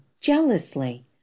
jealously